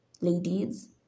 ladies